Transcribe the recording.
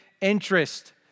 interest